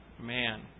man